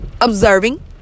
Observing